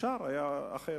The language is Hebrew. שאפשר היה אחרת.